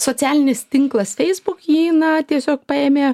socialinis tinklas facebook jį na tiesiog paėmė